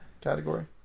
category